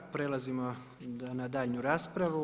Prelazimo na daljnju raspravu.